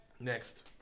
Next